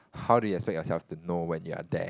how do you expect yourself to know when you're there